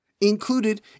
Included